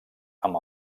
amb